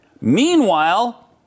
Meanwhile